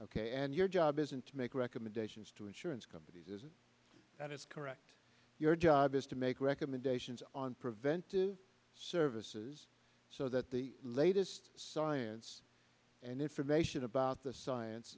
ok and your job isn't to make recommendations to insurance companies is that it's correct your job is to make recommendations on preventive services so that the latest science and information about the science